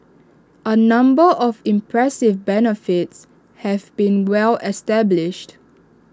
A number of impressive benefits have been well established